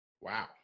Wow